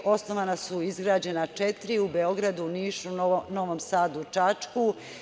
Osnovana su i izgrađena četiri u Beogradu, Nišu, Novom Sadu i Čačku.